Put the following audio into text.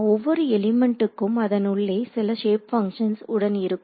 ஒவ்வொரு எலிமெண்ட்டும் அதன் உள்ளே சில ஷேப் பங்க்ஷன்ஸ் உடன் இருக்கும்